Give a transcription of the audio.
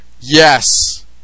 Yes